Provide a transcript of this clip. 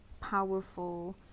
powerful